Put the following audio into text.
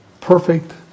perfect